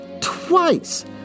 twice